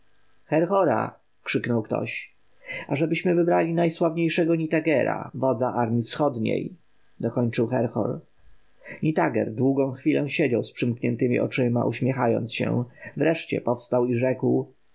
herhora krzyknął ktoś ażebyśmy wybrali najsławniejszego nitagera wodza armji wschodniej dokończył herhor nitager długą chwilę siedział z przymkniętemi oczyma uśmiechając się wreszcie powstał i rzekł